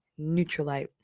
Neutralite